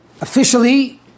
Officially